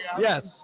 Yes